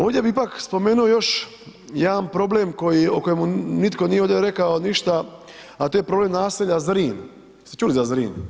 Ovdje bi ipak spomenuo još jedan problem koji, o kojemu nitko nije ovdje rekao ništa, a to je problem naselja Zrin, jeste čuli za Zrin?